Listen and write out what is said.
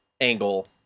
angle